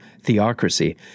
theocracy